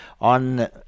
on